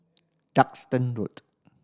Duxton Road